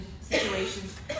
situations